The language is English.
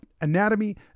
anatomy